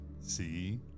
See